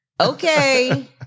Okay